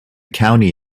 county